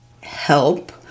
help